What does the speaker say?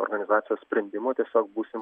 organizacijos sprendimų tiesiog būsim